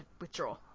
withdraw